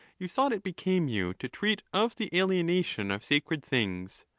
you thought it be came you to treat of the alienation of sacred things,